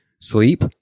Sleep